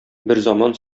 берзаман